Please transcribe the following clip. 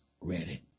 ready